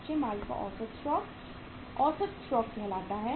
कच्चे माल का औसत स्टॉक औसत स्टॉक कहलाता है